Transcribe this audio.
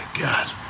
God